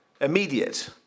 immediate